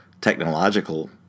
Technological